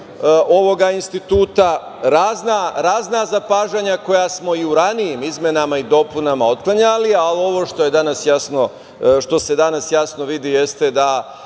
ovoga instituta razna zapažanja koja smo i u ranijim izmenama i dopunama otklanjali, ali ovo što se danas jasno vidi jeste da